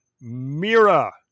Mira